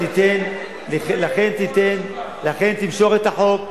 תמשוך את החוק,